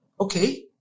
okay